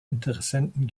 interessenten